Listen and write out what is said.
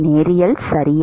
நேரியல் சரியா